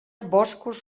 boscos